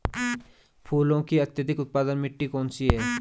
फूलों की अत्यधिक उत्पादन मिट्टी कौन सी है?